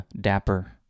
dapper